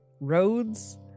roads